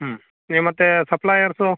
ಹ್ಞೂ ನೀವು ಮತ್ತೆ ಸಪ್ಲಾಯರ್ಸು